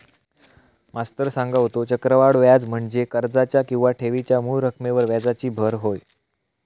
मास्तर सांगा होतो, चक्रवाढ व्याज म्हणजे कर्जाच्या किंवा ठेवीच्या मूळ रकमेवर व्याजाची भर होय